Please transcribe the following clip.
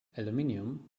aluminium